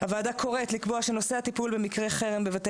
הוועדה קוראת לקבוע שנושא הטיפול במקרי חרם בבתי